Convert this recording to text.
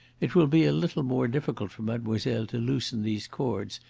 it will be a little more difficult for mademoiselle to loosen these cords,